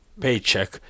paycheck